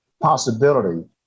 possibility